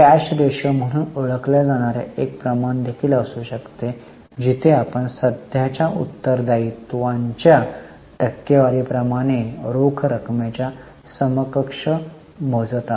cash ratio म्हणून ओळखले जाणारे एक प्रमाण देखील असू शकते जिथे आपण सध्याच्या उत्तरदायित्वाच्या टक्केवारी प्रमाणे रोख रकमेच्या समकक्ष मोजत आहोत